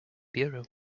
bureau